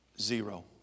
zero